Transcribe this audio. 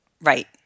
Right